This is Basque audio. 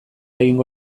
egingo